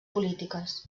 polítiques